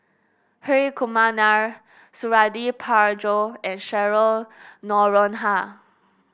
Hri Kumar Nair Suradi Parjo and Cheryl Noronha